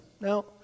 Now